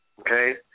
okay